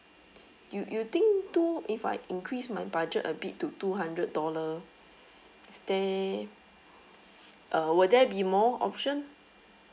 you you think two if I increase my budget a bit to two hundred dollar is there uh will there be more option